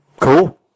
Cool